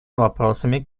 вопросами